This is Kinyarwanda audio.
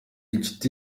inshuti